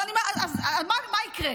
אז מה יקרה?